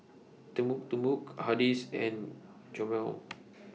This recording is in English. Timbuk Timbuk Hardy's and Chomel